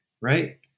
right